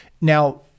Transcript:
Now